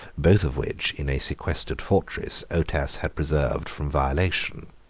both of which, in a sequestered fortress, otas had preserved from violation.